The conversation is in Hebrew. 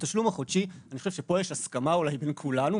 לגבי התשלום החודשי אני חושב שיש פה הסכמה בין כולנו,